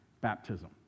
baptism